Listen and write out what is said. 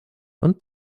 und